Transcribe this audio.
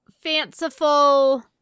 fanciful